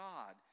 God